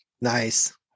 Nice